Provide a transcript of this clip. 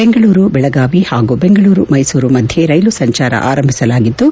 ಬೆಂಗಳೂರು ಬೆಳಗಾವಿ ಹಾಗೂ ಬೆಂಗಳೂರು ಮೈಸೂರು ಮಧ್ಯ ರೈಲು ಸಂಚಾರ ಆರಂಭಿಸಲಾಗಿದ್ದು